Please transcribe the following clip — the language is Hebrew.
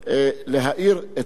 בלי שרפות מיותרות.